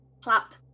clap